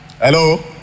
Hello